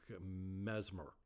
Mesmer